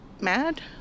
mad